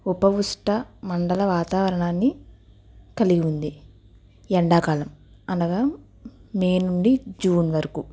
ఉప ఉష్ట మండల వాతావరణాన్ని కలిగి ఉంది ఎండాకాలం అనగా మే నుండి జూన్ వరకు